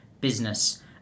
business